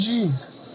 Jesus